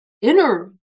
inner